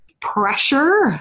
pressure